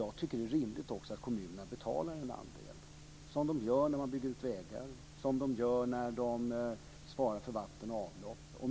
Jag tycker att det är rimligt att kommunerna betalar en andel på samma sätt som de får göra vid utbyggnad av vägar och när de svarar för vatten och avlopp.